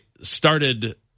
started